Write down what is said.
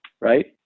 right